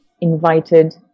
invited